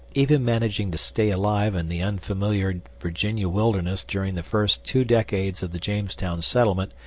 even managing to stay alive in the unfamiliar virginia wilderness during the first two decades of the jamestown settlement,